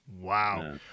Wow